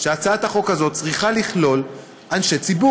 לקיים את הזכות הדמוקרטית שלי לנאום בכנסת ישראל.